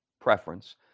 preference